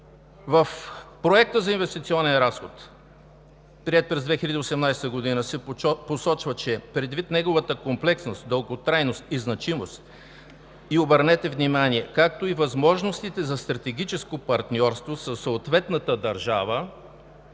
В Проекта за инвестиционен разход, приет през 2018 г., се посочва, че предвид неговата комплексност, дълготрайност и значимост и, обърнете внимание, както и възможностите за стратегическо партньорство със съответната държава,